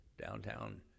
downtown